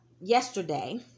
yesterday